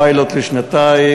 הפיילוט היה לשנתיים,